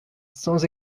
sans